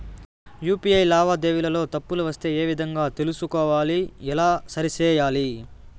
UPI లావాదేవీలలో తప్పులు వస్తే ఏ విధంగా తెలుసుకోవాలి? ఎలా సరిసేయాలి?